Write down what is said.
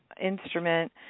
instrument